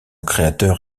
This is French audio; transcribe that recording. créateur